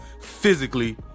physically